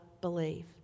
believe